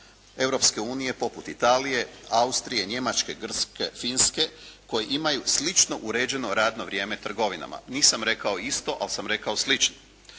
Europske unije poput Italije, Austrije, Njemačke, Grčke, Finske koji imaju slično uređeno radno vrijeme trgovinama. Nisam rekao isto, ali sam rekao slično.